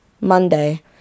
Monday